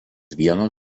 vieno